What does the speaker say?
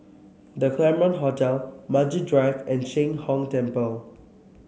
The Claremont Hotel Maju Drive and Sheng Hong Temple